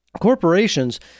corporations